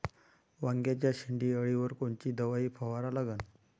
वांग्याच्या शेंडी अळीवर कोनची दवाई फवारा लागन?